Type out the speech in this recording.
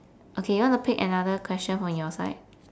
okay you want to pick another question from your side